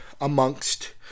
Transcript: amongst